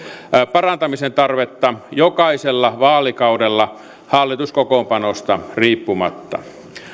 parantamisen tarvetta jokaisella vaalikaudella hallituskokoonpanosta riippumatta